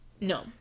No